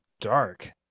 dark